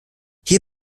hier